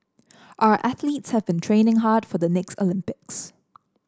our athletes have been training hard for the next Olympics